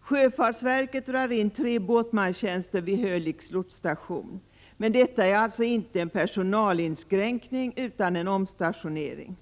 Sjöfartsverket drar in tre båtsmantjänster vid Hölicks lotsstation, men detta är alltså inte en personalinskränkning utan en omstationering.